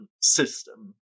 system